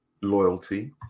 loyalty